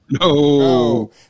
no